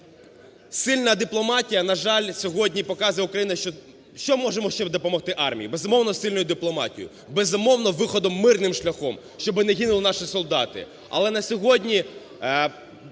Сильна дипломатія, на жаль, сьогодні показує Україна... Що можемо ще допомогти армії? Безумовно, сильною дипломатією, безумовно, виходом мирним шляхом, щоби не гинули наші солдати. Але на сьогодні